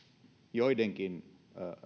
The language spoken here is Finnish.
joidenkin